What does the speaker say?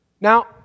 Now